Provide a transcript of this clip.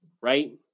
right